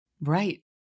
Right